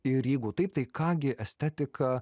ir jeigu taip tai ką gi estetika